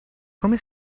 come